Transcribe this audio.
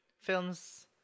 films